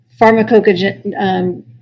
pharmacokinetics